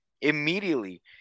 Immediately